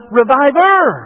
reviver